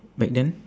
back then